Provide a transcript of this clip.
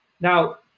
Now